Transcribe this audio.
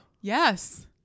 Yes